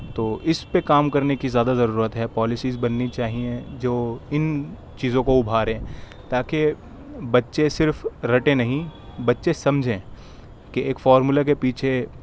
تو اِس پہ کام کرنے کی زیادہ ضرورت ہے پالیسیز بننی چاہئیں جو اِن چیزوں کو اُبھاریں تاکہ بچے صرف رٹے نہیں بچے سمجھیں کہ ایک فارمولہ کے پیچھے